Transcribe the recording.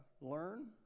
learn